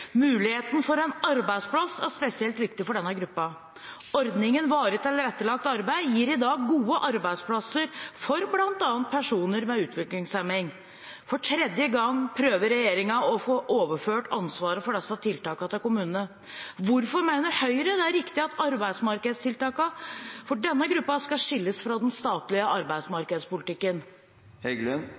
Muligheten for en arbeidsplass er spesielt viktig for denne gruppen. Ordningen «Varig tilrettelagt arbeid» gir i dag gode arbeidsplasser for bl.a. personer med utviklingshemning. For tredje gang prøver regjeringen å overføre ansvaret for disse tiltakene til kommunene. Hvorfor mener Høyre det er riktig at arbeidsmarkedstiltakene for denne gruppen skal skilles fra den statlige